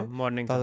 morning